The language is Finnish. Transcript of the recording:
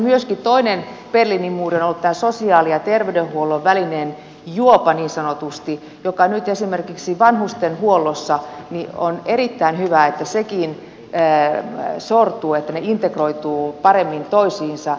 sitten toinen berliinin muuri on ollut tämä sosiaali ja terveydenhuollon välinen juopa niin sanotusti ja on erittäin hyvä että esimerkiksi vanhustenhuollossa sekin nyt sortuu niin että ne integroituvat paremmin toisiinsa